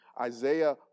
Isaiah